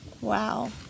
Wow